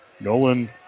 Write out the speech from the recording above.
Nolan